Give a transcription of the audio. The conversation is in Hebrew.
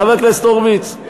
חבר הכנסת הורוביץ,